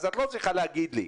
אז את לא צריכה להגיד לי.